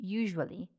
usually